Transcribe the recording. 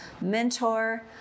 mentor